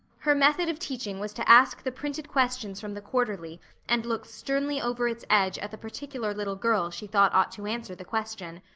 her method of teaching was to ask the printed questions from the quarterly and look sternly over its edge at the particular little girl she thought ought to answer the question.